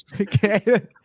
Okay